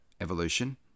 evolution